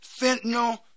fentanyl